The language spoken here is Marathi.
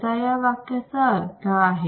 असा या वाक्याचा अर्थ आहे